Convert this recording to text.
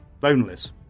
boneless